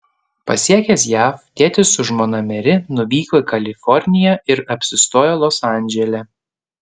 pasiekęs jav tėtis su žmona meri nuvyko į kaliforniją ir apsistojo los andžele